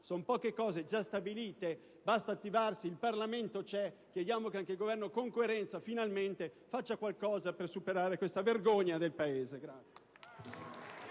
Sono poche cose, già stabilite. Basta attivarsi. Il Parlamento c'è. Chiediamo che anche il Governo, con coerenza, finalmente, faccia qualcosa per superare questa vergogna.